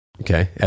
okay